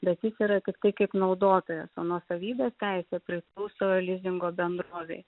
bet jis yra tiktai kaip naudotojas nuosavybės teisė priklauso lizingo bendrovei